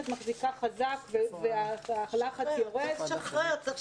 וכך אנחנו ממנפים כל תלמיד לפי הצרכים